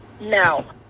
now